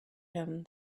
him